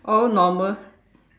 all normal